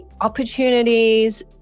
opportunities